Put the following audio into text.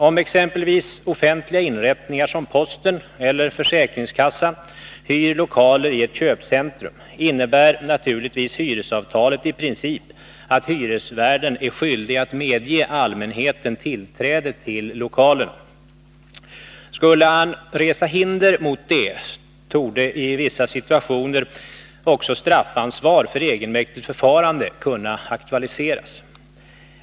Om exempelvis offentliga inrättningar som posten eller försäkringskassan hyr lokaler i ett köpcentrum, innebär naturligtvis hyresavtalet i princip att hyresvärden är skyldig att medge allmänheten tillträde till lokalerna i fråga. Skulle han resa hinder mot detta, torde i vissa situationer även straffansvar för egenmäktigt förfarande kunna aktualiseras.